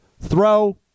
throw